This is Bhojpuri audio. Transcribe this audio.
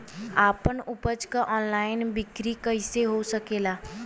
आपन उपज क ऑनलाइन बिक्री कइसे हो सकेला?